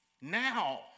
now